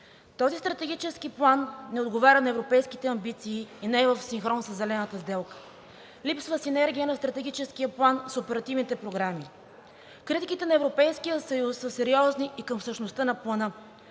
Този стратегически план не отговаря на европейските амбиции и не е в синхрон със Зелената сделка. Липсва синергия на Стратегическия план с оперативните програми. Критиките на Европейския съюз са сериозни и към същността на плана.